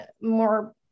more